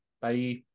Bye